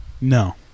No